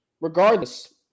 regardless